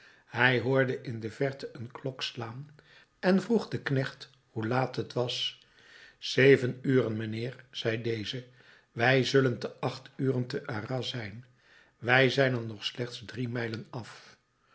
hij hoorde in de verte een klok slaan en vroeg den knecht hoe laat het was zeven uren mijnheer zei deze wij zullen te acht uren te arras zijn wij zijn er nog slechts drie mijlen af